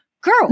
girl